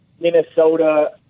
Minnesota